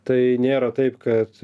tai nėra taip kad